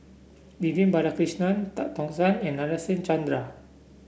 Vivian Balakrishnan Tan Tock San and Nadasen Chandra